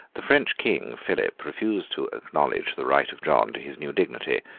the french king, philip, refused to acknowledge the right of john to his new dignity,